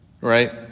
Right